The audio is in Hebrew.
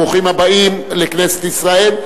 ברוכים הבאים לכנסת ישראל.